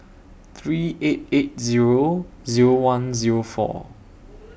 three eight eight Zero Zero one Zero four